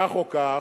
כך או כך,